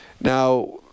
Now